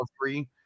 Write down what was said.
free